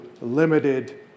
limited